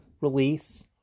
release